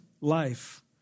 life